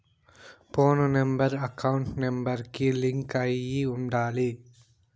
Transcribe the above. పోను number account number కి link అయ్యి ఉండాలి